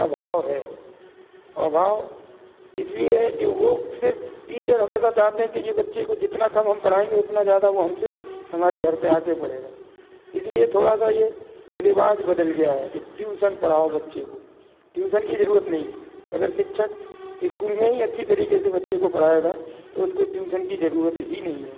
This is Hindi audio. अभाव है अभाव इसलिए है कि वो सिर्फ टीचर हमेशा चाहते हैं कि ये बच्चे को जितना कम हम पढ़ाएंगे उतना ज़्यादा वो हमसे हमारे घर पे आके पढ़ेगा इसीलिए थोड़ा सा ये रिवाज बदल गया है कि ट्यूसन पढ़ाओ बच्चे को ट्यूसन कि जरूरत नहीं अगर शिक्षक ईस्कूल में ही अच्छी तरीके से बच्चे को पढ़ाएगा तो उसको ट्यूसन की जरूरत ही नहीं है